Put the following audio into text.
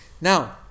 Now